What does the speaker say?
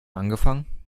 angefangen